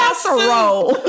casserole